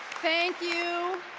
thank you.